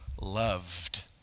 loved